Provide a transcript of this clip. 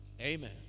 Amen